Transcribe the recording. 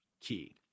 key